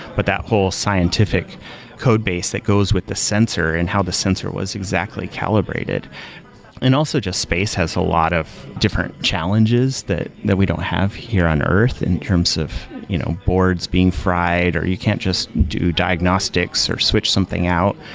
but that whole scientific codebase that goes with the sensor and how the sensor was exactly calibrated and also, just space has a lot of different challenges that that we don't have here on earth, in terms of you know boards being fried, or you can't just do diagnostics or switch something out.